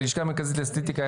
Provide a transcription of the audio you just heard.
ללשכה המרכזית לסטטיסטיקה.